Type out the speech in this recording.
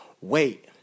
wait